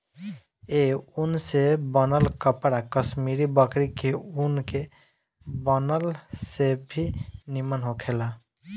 ए ऊन से बनल कपड़ा कश्मीरी बकरी के ऊन के बनल से भी निमन होखेला